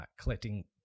collecting